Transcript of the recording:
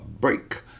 break